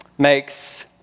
makes